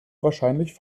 wahrscheinlich